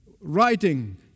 writing